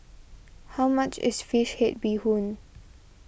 how much is Fish Head Bee Hoon